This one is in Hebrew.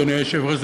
אדוני היושב-ראש,